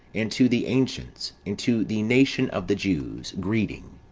and to the ancients, and to the nation of the jews, greeting